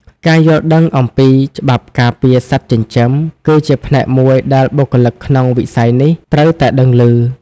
ការយល់ដឹងអំពីច្បាប់ការពារសត្វចិញ្ចឹម គឺជាផ្នែកមួយដែលបុគ្គលិកក្នុងវិស័យនេះត្រូវតែដឹងឮ។